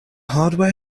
hardware